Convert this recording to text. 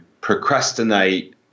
procrastinate